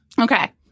Okay